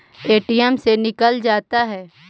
ATM से निकल जा है?